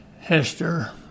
Hester